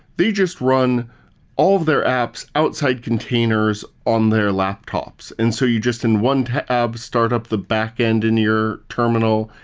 they just run all of their apps outside containers on their laptops, and so you just in one tab start up the backend in your terminal.